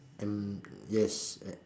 and yes